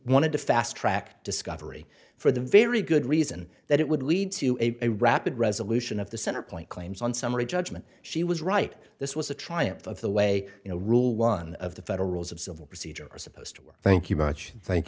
wanted to fast track discovery for the very good reason that it would lead to a rapid resolution of the center point claims on summary judgment she was right this was a triumph of the way you know rule one of the federal rules of civil procedure are supposed to work thank you much thank